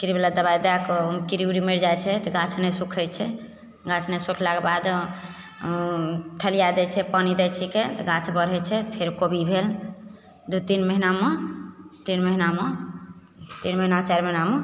कीड़ीबला दबाइ दएकऽ कीड़ीओ ड़ी मरि जाइत छै तऽ गाछ नहि सुखैत छै गाछ नहि सुखलाके बाद थलिआ दै छियै पानि दै छिकै तऽ गाछ बढ़ैत छै फेर कोबी भेल दू तीन महिनामे तीन महिनामे तीन महिना चारि महिनामे